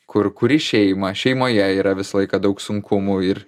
kur kuri šeima šeimoje yra visą laiką daug sunkumų ir